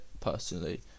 personally